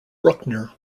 bruckner